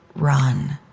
run